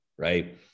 right